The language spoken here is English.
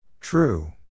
True